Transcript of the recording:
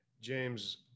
James